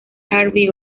harvey